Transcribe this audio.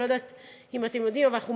אני לא יודעת אם אתם יודעים אבל אנחנו